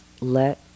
let